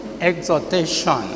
exhortation